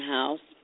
House